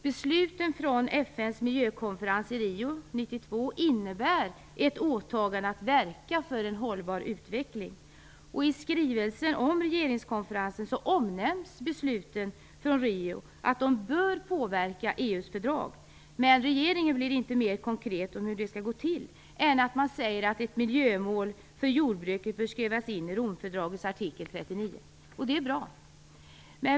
Besluten från FN:s miljökonferens i Rio 1992 innebär ett åtagande att verka för en hållbar utveckling. I skrivelsen om regeringskonferensen omnämns besluten från Rio. Det sägs att de bör påverka EU:s fördrag. Men regeringen blir inte mer konkret om hur det skall gå till än att den säger att ett miljömål för jordbruket bör skrivas in i Romfördragets artikel 39. Det är bra.